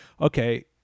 okay